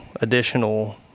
additional